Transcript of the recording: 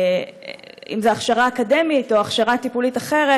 אם זו הכשרה אקדמית או הכשרה טיפולית אחרת,